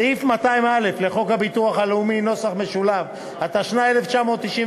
סעיף 200א לחוק הביטוח הלאומי , התשנ"ה 1995,